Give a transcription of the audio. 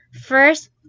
First